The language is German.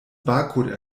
barcode